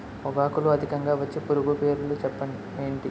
పొగాకులో అధికంగా వచ్చే పురుగుల పేర్లు ఏంటి